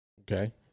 Okay